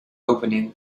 opening